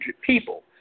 people